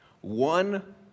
One